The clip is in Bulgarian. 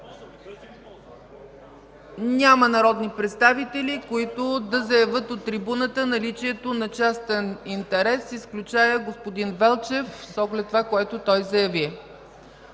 Няма народни представители, които да заявят от трибуната наличието на частен интерес, изключая господин Велчев с оглед това, което той заяви.